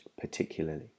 particularly